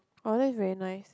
oh that's very nice